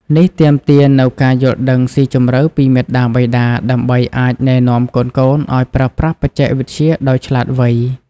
នេះទាមទារនូវការយល់ដឹងស៊ីជម្រៅពីមាតាបិតា ដើម្បីអាចណែនាំកូនៗឱ្យប្រើប្រាស់បច្ចេកវិទ្យាដោយឆ្លាតវៃ។